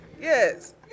Yes